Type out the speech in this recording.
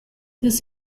this